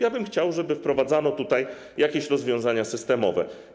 Ja bym chciał, żeby wprowadzano jakieś rozwiązania systemowe.